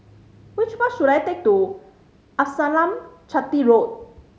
which bus should I take to Amasalam Chetty Road